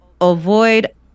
avoid